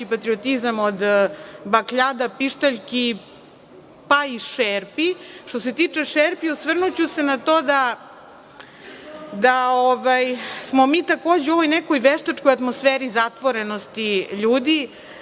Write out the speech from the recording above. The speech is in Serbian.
patriotizam od bakljada, pištaljki, pa i šerpi. Što se tiče šerpi, osvrnuću se na to da smo mi, takođe, u ovoj nekoj veštačkoj atmosferi zatvorenosti ljudi